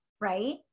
Right